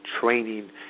training